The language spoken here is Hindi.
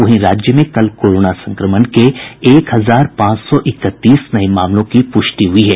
वहीं राज्य में कल कोरोना संक्रमण के एक हजार पांच सौ इकतीस नये मामलों की प्रष्टि हुई है